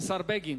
השר בגין.